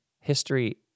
History